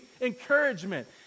encouragement